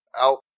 out